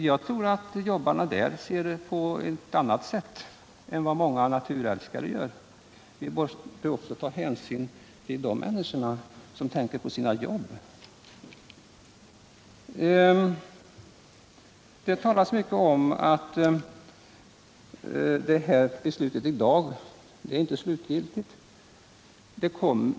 Jag tror att jobbarna där ser på denna fråga på ett helt annat sätt än vad många naturälskare gör, och vi bör i det här sammanhanget också ta hänsyn till de människor som tänker på sina jobb. Beslutet i dag är inte slutgiltigt, säger man.